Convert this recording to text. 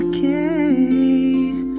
case